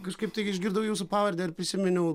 kažkaip tik išgirdau jūsų pavardę ir prisiminiau